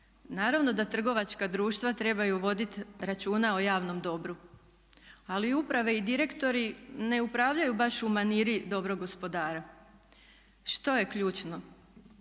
Naravno da trgovačka društva trebaju voditi računa o javnom dobru, ali uprave i direktori ne upravljaju baš u maniri dobrog gospodara. Što je ključno?